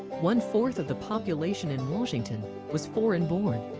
one fourth of the population in washington was foreign born.